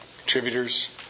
contributors